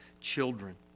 children